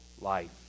life